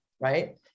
Right